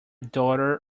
daughter